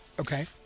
Okay